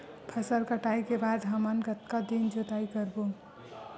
फसल कटाई के बाद हमन कतका दिन जोताई करबो?